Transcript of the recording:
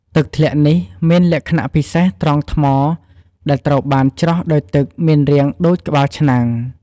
ទឹកធ្លាក់នេះមានលក្ខណៈពិសេសត្រង់ថ្មដែលត្រូវបានច្រោះដោយទឹកមានរាងដូចក្បាលឆ្នាំង។